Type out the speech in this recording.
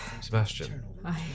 Sebastian